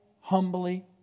humbly